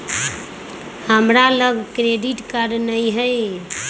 हमरा लग credit card नऽ हइ